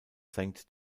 senkt